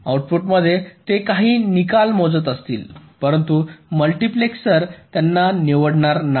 आउटपुटमध्ये ते काही निकाल मोजत असतील परंतु मल्टीप्लेसर त्यांना निवडणार नाही